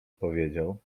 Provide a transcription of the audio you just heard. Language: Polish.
powiedział